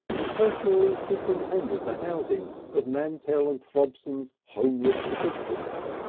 and personally superintended the housing of mantell and throbson's homeless assistants.